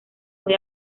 muy